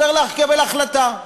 צריך לקבל החלטה.